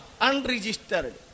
unregistered